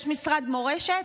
יש משרד מורשת,